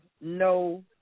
no